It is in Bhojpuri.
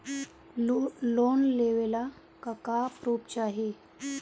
लोन लेवे ला का पुर्फ चाही?